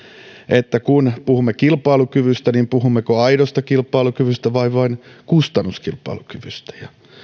että kun puhumme kilpailukyvystä niin puhummeko aidosta kilpailukyvystä vai vain kustannuskilpailukyvystä